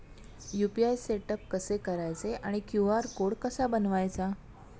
UPI setup कसे करायचे आणि क्यू.आर कोड कसा बनवायचा?